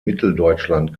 mitteldeutschland